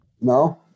No